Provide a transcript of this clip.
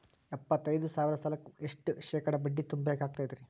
ಎಪ್ಪತ್ತೈದು ಸಾವಿರ ಸಾಲಕ್ಕ ಎಷ್ಟ ಶೇಕಡಾ ಬಡ್ಡಿ ತುಂಬ ಬೇಕಾಕ್ತೈತ್ರಿ?